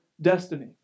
destiny